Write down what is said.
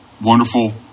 wonderful